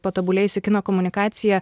patobulėjusi kino komunikacija